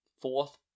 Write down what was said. fourth